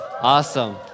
Awesome